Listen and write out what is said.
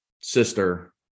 sister